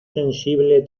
sensible